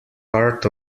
art